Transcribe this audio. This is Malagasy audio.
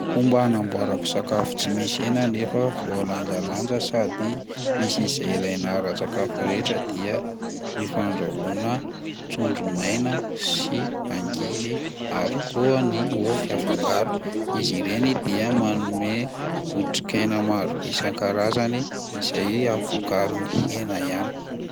Fomba hanamboarako sakafo tsy misy hena nefa voalanjalanja sady misy izay ilaina ara-tsakafo rehetra dia ny fandrahoana trondo maina sy angivy ary koa ny ovy afangaro, izy ireny dia manome otrikaina marobe isan-karazany izay a- vokarin'ny hena ihany.